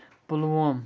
Pulwama